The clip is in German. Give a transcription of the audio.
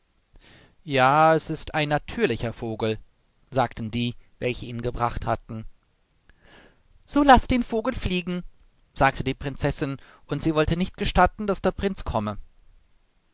ja es ist ein natürlicher vogel sagten die welche ihn gebracht hatten so laßt den vogel fliegen sagte die prinzessin und sie wollte nicht gestatten daß der prinz komme